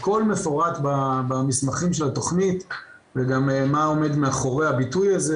הכל מפורט במסמכים של התוכנית וגם מה עומד מאחורי הביטוי הזה,